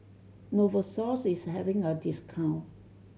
Novosource is having a discount